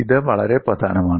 ഇത് വളരെ പ്രധാനമാണ്